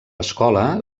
escola